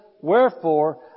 Wherefore